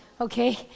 okay